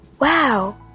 wow